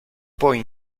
poi